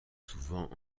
souvent